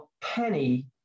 penny